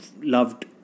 loved